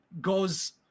goes